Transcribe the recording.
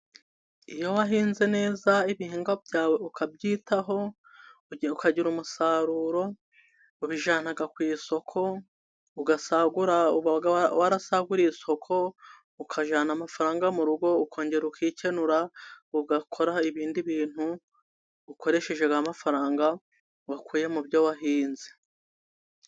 Iyo wahinze neza ibihingwa byawe, ukabyitaho, ukagira umusaruro, ubijyana ku isoko, ugasagura. Uba warasaguriye isoko, ukajyana amafaranga mu rugo, ukongera ukikenura, ugakora ibindi bintu ukoresheje ya mafaranga wakuye mu byo wahinze.